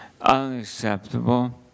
unacceptable